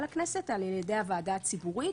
הכנסת אלא על ידי הוועדה הציבורית,